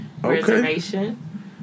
Reservation